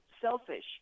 selfish